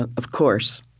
of of course,